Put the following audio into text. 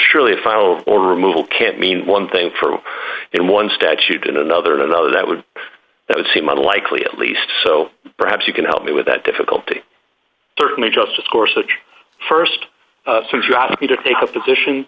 surely a final or removal can't mean one thing for in one statute in another and another that would that would seem unlikely at least so perhaps you can help me with that difficulty certainly just of course which st since you ask me to take a position